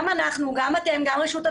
גם אתם, גם אנחנו, גם רשות התחרות.